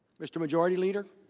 mr. majority leader?